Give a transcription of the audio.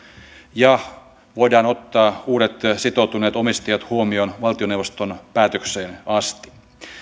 että voidaan ottaa uudet sitoutuneet omistajat huomioon valtioneuvoston päätökseen asti